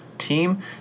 Team